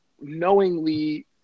knowingly